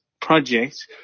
project